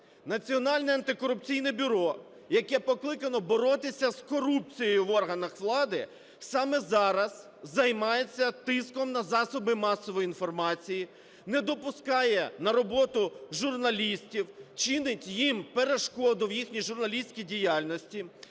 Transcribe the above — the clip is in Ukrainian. Національне антикорупційне бюро, яке покликано боротися з корупцією в органах влади, саме зараз займається тиском на засоби масової інформації, не допускає на роботу журналістів, чинить їм перешкоду в їхній журналістській діяльності,